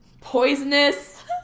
poisonous